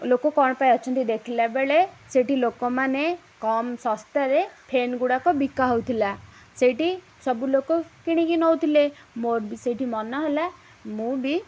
ଲୋକ କ'ଣ ପାଇଁ ଅଛନ୍ତି ଦେଖିଲା ବେଳେ ସେଇଠି ଲୋକମାନେ କମ୍ ଶସ୍ତାରେ ଫ୍ୟାନ୍ ଗୁଡ଼ାକ ବିକା ହୋଉଥିଲା ସେଇଠି ସବୁ ଲୋକ କିଣିକି ନେଉଥିଲେ ମୋର ବି ସେଇଠି ମନ ହେଲା ମୁଁ ବି